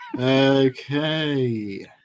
Okay